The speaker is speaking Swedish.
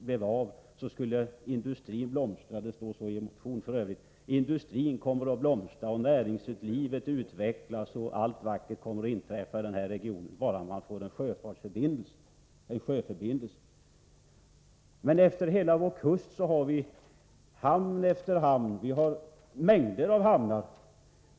Det sägs i motionen att industrin med en sådan skulle blomstra. Näringslivet skulle utvecklas. Allt som är bra skulle inträffa i regionen, om man bara fick en sjöfartsled. Längs hela vår kust finns en mängd hamnar.